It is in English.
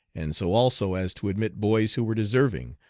and so also as to admit boys who were deserving,